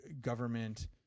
government